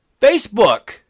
Facebook